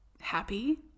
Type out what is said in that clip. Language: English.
happy